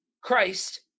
christ